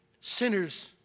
Sinners